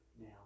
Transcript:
now